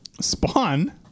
Spawn